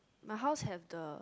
my house have the